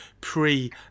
pre